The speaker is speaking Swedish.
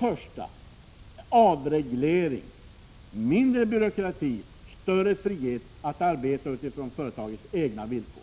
Jo, avreglering, mindre byråkrati, större frihet att arbeta på företagens egna villkor,